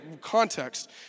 context